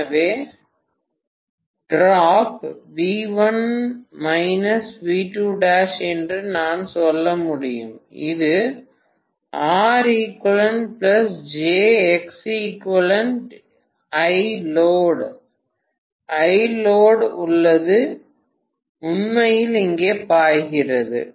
எனவே ட்ராப் என்று நான் சொல்ல முடியும் இது ILoad உள்ளது உண்மையில் இங்கே பாய்கிறது